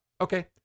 Okay